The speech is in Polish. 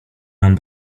nam